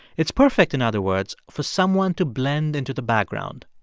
it's perfect, in other words, for someone to blend into the background.